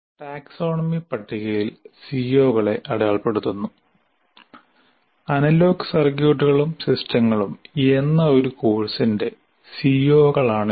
taxonomy പട്ടികയിൽ സിഒകളെ അടയാളപ്പെടുത്തുന്നു അനലോഗ് സർക്യൂട്ടുകളും സിസ്റ്റങ്ങളും എന്ന ഒരു കോഴ്സിന്റെ സിഒകളാണ് ഇവ